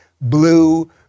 blue